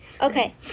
okay